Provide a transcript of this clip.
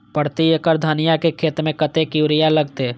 प्रति एकड़ धनिया के खेत में कतेक यूरिया लगते?